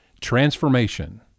Transformation